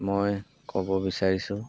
মই ক'ব বিচাৰিছোঁ